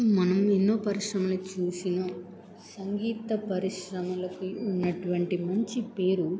మనం ఎన్నో పరిశ్రమలు చూసినా సంగీత పరిశ్రమలకి ఉన్నటువంటి మంచి పేరు